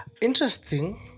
interesting